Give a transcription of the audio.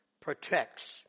protects